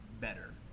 better